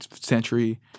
century